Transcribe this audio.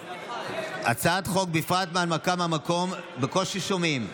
הצעת חוק, בפרט בהנמקה מהמקום, בקושי שומעים.